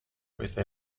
questa